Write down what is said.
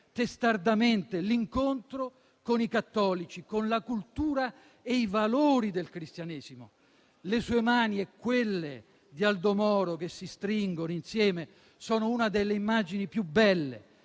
testardamente, l'incontro con i cattolici, con la cultura e i valori del cristianesimo. Le sue mani e quelle di Aldo Moro che si stringono insieme sono una delle immagini più belle